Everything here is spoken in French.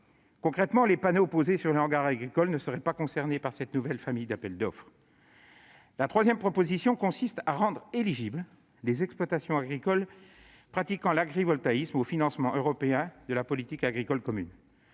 l'agrivoltaïsme. Les panneaux posés sur les hangars agricoles ne seraient pas concernés par cette nouvelle famille d'appels d'offres. La troisième proposition consiste à rendre éligibles les exploitations agricoles pratiquant l'agrivoltaïsme aux financements européens de la politique agricole commune